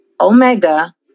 Omega